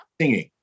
singing